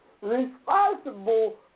responsible